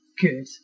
good